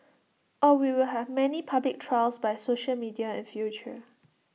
or we will have many public trials by social media in future